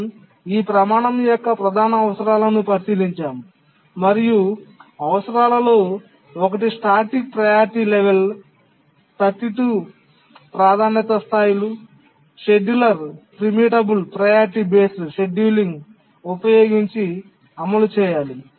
మనం ఈ ప్రమాణం యొక్క ప్రధాన అవసరాలను పరిశీలించాము మరియు అవసరాలలో ఒకటి స్టాటిక్ ప్రియారిటీ లెవల్స్ 32 ప్రాధాన్యతా స్థాయిలు scheduler preemptible priority based scheduling ఉపయోగించి అమలు చేయాలి